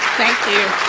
thank you.